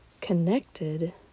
connected